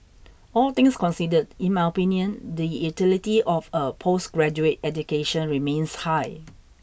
all things considered in my opinion the utility of a postgraduate education remains high